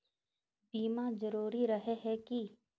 बीमा जरूरी रहे है की?